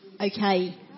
Okay